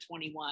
21